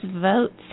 votes